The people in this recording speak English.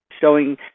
showing